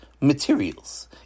materials